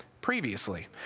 previously